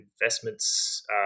investments